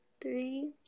three